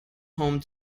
home